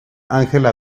angela